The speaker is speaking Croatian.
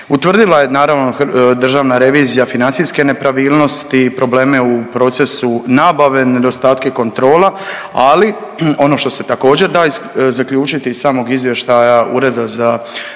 Utvrdila je, naravno, državna revizija financijske nepravilnosti, probleme u procesu nabave, nedostatke kontrola, ali, ono što se također da zaključiti iz samog izvještaja Ureda za